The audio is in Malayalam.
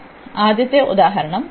അതിനാൽആദ്യത്തെ ഉദാഹരണം